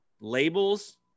labels